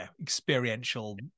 experiential